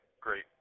great